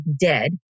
dead